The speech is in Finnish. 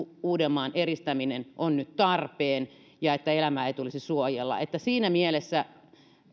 uudenmaan eristäminen on nyt tarpeen ja että elämää tulee suojella että siinä mielessä